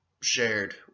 shared